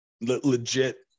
legit